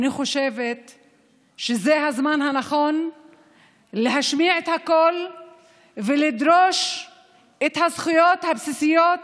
אני חושבת שזה הזמן הנכון להשמיע את הקול ולדרוש את הזכויות הבסיסיות